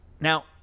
Now